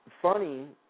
funny